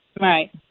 Right